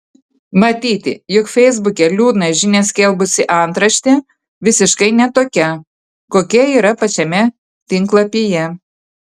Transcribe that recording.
matyti jog feisbuke liūdną žinią skelbusi antraštė visiškai ne tokia kokia yra pačiame tinklapyje